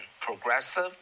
progressive